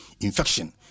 infection